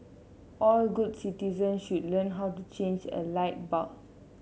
all good citizen should learn how to change a light bulb